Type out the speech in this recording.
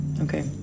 Okay